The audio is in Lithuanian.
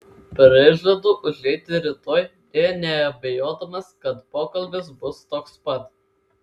prižadu užeiti rytoj nė neabejodamas kad pokalbis bus toks pat